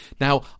Now